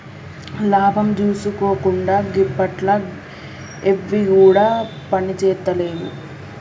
లాభం జూసుకోకుండ గిప్పట్ల ఎవ్విగుడ పనిజేత్తలేవు